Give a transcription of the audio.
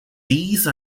these